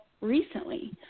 recently